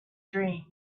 dream